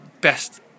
best